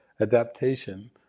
adaptation